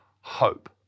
hope